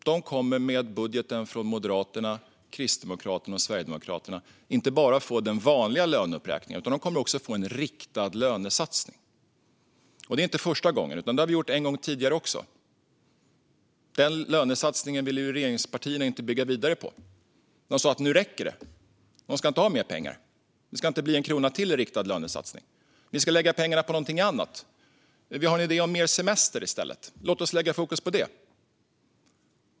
De kommer med budgeten från Moderaterna, Kristdemokraterna och Sverigedemokraterna inte bara att få den vanliga löneuppräkningen, utan de kommer också att få en riktad lönesatsning. Och det är inte första gången, utan en sådan har vi gjort en gång tidigare också. Den lönesatsningen ville inte regeringspartierna bygga vidare på. De sa: Nu räcker det! Polisen ska inte ha mer pengar. Det ska inte bli en krona till i riktad lönesatsning. Vi ska lägga pengarna på någonting annat. Vi har en idé om mer semester i stället. Låt oss lägga fokus på det!